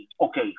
Okay